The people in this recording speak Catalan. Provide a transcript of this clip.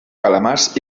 calamars